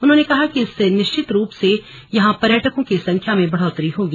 उन्होंने कहा कि इससे निश्चित रूप से यहां पर्यटकों की संख्या में बढ़ोतरी होगी